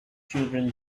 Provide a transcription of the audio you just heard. children